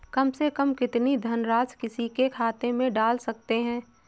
कम से कम कितनी धनराशि किसी के खाते में डाल सकते हैं?